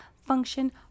function